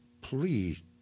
please